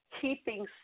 keeping